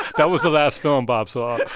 that was the last film bob saw.